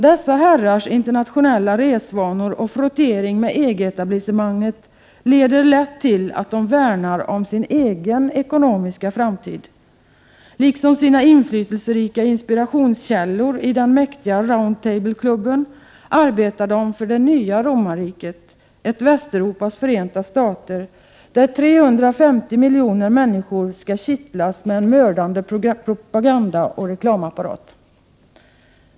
Dessa herrars internationella resvanor och frottering med EG-etablissemanget leder lätt till att de värnar om sin egen ekonomiska framtid. Liksom sina inflytelserika inspirationskällor i den mäktiga Round Table-klubben arbetar de för det nya Romarriket — ett Västeuropas förenta stater — där 350 miljoner människor skall kittlas med en mördande propagandaoch reklamapparat.